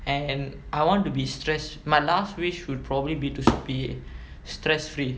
and I want to be stress my last wish would probably be to be stress free